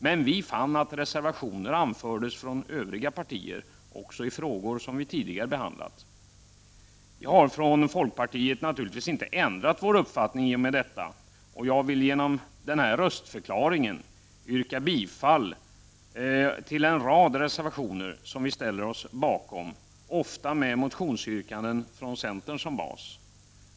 Men vi fann att reservationer anfördes från övriga partier, också i frågor som vi tidigare hade behandlat. Vii folkpartiet har naturligtvis inte ändrat vår uppfattning i och med detta. Jag vill genom följande röstförklaring yrka bifall till en rad reservationer som ofta har motionsyrkanden från centern som bas.